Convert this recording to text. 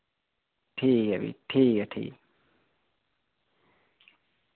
ठीक ऐ फ्ही ठीक ऐ ठीक ऐ